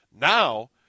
Now